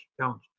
challenge